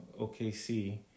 OKC